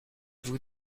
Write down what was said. vous